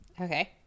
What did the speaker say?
Okay